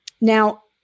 Now